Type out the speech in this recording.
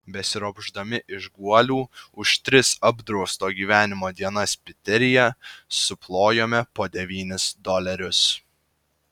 besiropšdami iš guolių už tris apdrausto gyvenimo dienas piteryje suplojome po devynis dolerius